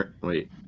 Wait